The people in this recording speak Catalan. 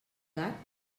gat